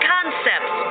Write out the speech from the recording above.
Concepts